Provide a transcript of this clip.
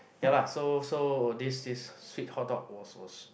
ya lah so so this this sweet hot dog was was